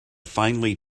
finely